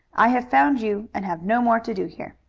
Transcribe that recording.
i have found you and have no more to do here.